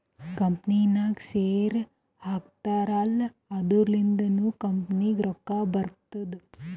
ಕಂಪನಿನಾಗ್ ಶೇರ್ ಹಾಕ್ತಾರ್ ಅಲ್ಲಾ ಅದುರಿಂದ್ನು ಕಂಪನಿಗ್ ರೊಕ್ಕಾ ಬರ್ತುದ್